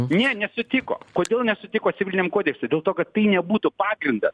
ne nesutiko kodėl nesutiko civiliniam kodekse dėl to kad tai nebūtų pagrindas